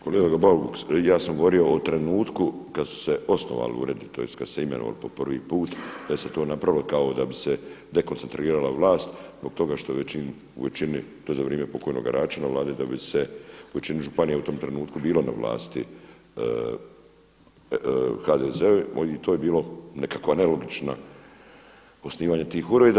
Kolega Bauk ja sam govorio o trenutku kada su se osnovali uredi tj. kada su se imenovali po prvi put da se to napravilo kao da bi se dekoncentrirala vlast zbog toga što u većini to je za vrijeme pokojnoga Račana Vlade su se u većini županija u tom trenutku bilo na vlasti HDZ-ovi i to je bila nekakva nelogična osnivanje tih ureda.